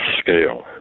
scale